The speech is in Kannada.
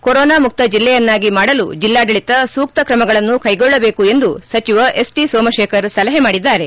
ಕೊರೊನಾ ಮುಕ್ತ ಜಿಲ್ಲೆಯನ್ನಾಗಿ ಮಾಡಲು ಜಿಲ್ಲಾಡಳಿತ ಸೂಕ್ತ ಕ್ರಮಗಳನ್ನು ಕೈಗೊಳ್ಳಬೇಕು ಎಂದು ಸಚಿವ ಎಸ್ ಟಿ ಸೋಮಶೇಖರ್ ಸಲಹೆ ಮಾಡಿದ್ದಾರೆ